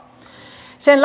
sen